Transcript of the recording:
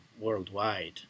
worldwide